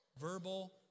Verbal